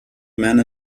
man